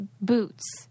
boots